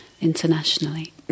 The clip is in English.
internationally